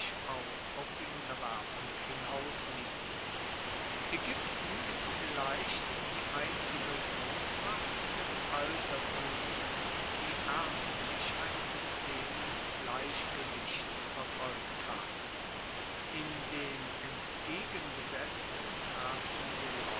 auch auf die unterwerfung hinauslief aegypten ist vielleicht die einzige grossmacht des altertums die ernstlich ein system des gleichgewichts verfolgt hat in dem entgegengesetzten trafen